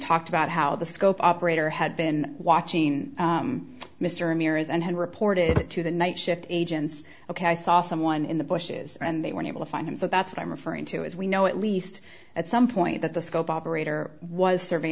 talked about how the scope operator had been watching mr ramirez and had reported it to the night shift agents ok i saw someone in the bushes and they were able to find him so that's what i'm referring to as we know at least at some point that the scope operator was surve